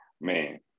man